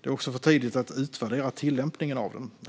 Det är också för tidigt att utvärdera tillämpningen av den.